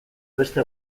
beste